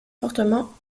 fortement